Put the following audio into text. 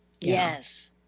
yes